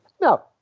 Now